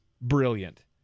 brilliant